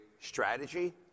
strategy